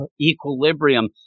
equilibrium